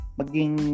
maging